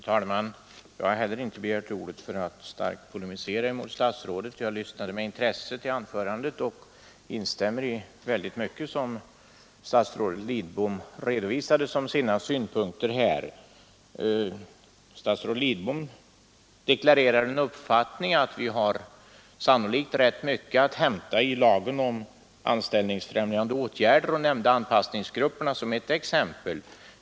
Herr talman! Jag har inte begärt ordet för att starkt polemisera mot statsrådet Lidbom. Jag lyssnade med intresse till anförandet och instämmer i mycket av vad statsrådet redovisade som sina synpunkter. Statsrådet Lidbom deklarerade uppfattningen att vi sannolikt har rätt mycket att hämta i lagen om anställningsfrämjande åtgärder och nämnde anpassningsgrupperna som ett exempel.